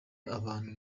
abantu